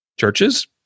churches